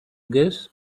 guess